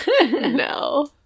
No